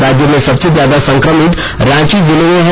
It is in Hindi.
राज्य में सबसे ज्यादा संक्रमित रांची जिले में हैं